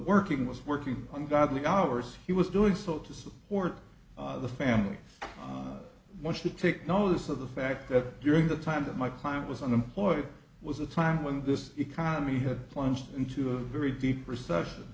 working was working on godly hours he was doing so to support the family wants to take notice of the fact that during the time that my client was unemployed it was a time when this economy had plunged into a very deep recession